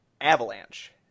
Avalanche